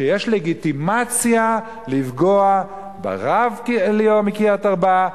שיש לגיטימציה לפגוע ברב ליאור מקריית-ארבע,